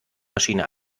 maschine